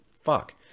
Fuck